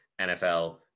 NFL